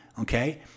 okay